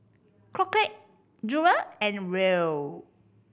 Crockett Jewel and Roel